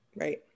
right